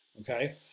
okay